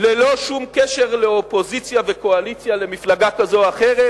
ללא שום קשר לאופוזיציה וקואליציה ולמפלגה כזו או אחרת.